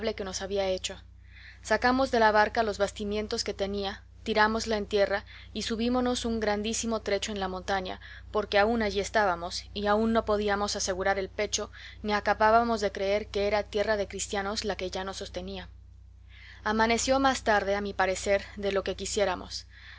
que nos había hecho sacamos de la barca los bastimentos que tenía tirámosla en tierra y subímonos un grandísimo trecho en la montaña porque aún allí estábamos y aún no podíamos asegurar el pecho ni acabábamos de creer que era tierra de cristianos la que ya nos sostenía amaneció más tarde a mi parecer de lo que quisiéramos